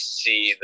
see